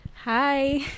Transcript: Hi